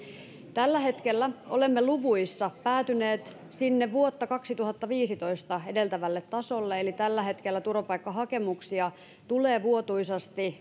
tällä hetkellä olemme luvuissa päätyneet sinne vuotta kaksituhattaviisitoista edeltävälle tasolle eli tällä hetkellä turvapaikkahakemuksia tulee vuotuisasti